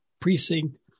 precinct